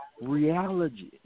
reality